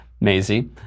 Maisie